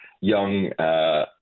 young